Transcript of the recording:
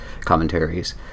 commentaries